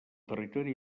territori